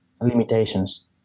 limitations